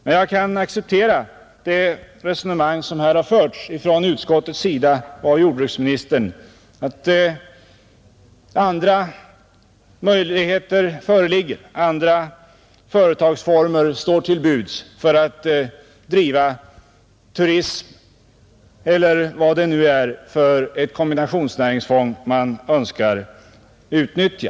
Jag kan dock acceptera de resonemang som här förts från utskottets sida och av jordbruksministern, att andra möjligheter föreligger, att andra företagsformer står till buds för att driva turism eller vilket kombinationsnäringsfång det än är som man önskar utnyttja.